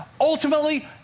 ultimately